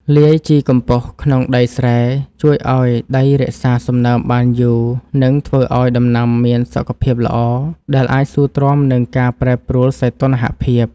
លាយជីកំប៉ុសក្នុងដីស្រែជួយឱ្យដីរក្សាសំណើមបានយូរ និង ធ្វើឱ្យដំណាំមានសុខភាពល្អដែលអាចស៊ូទ្រាំនឹងការប្រែប្រួលសីតុណ្ហភាព។